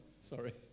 sorry